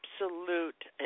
absolute